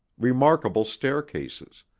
remarkable staircases,